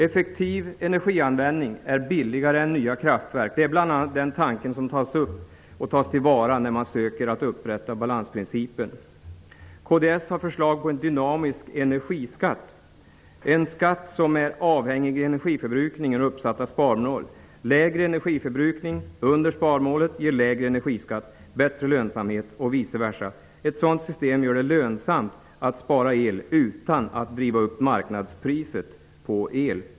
Effektiv energianvändning är billigare än nya kraftverk. Det är bl.a. den tanke som ligger till grund när man söker att upprätta balansprincipen. Kds har förslag till en dynamisk energiskatt, en skatt som är avhängig energiförbrukningen och uppsatta sparmål. Lägre energiförbrukning under sparmålet ger lägre energiskatt och bättre lönsamhet och vice versa. Ett sådant system gör det lönsamt att spara el utan att det driver upp marknadspriset på el.